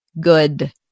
good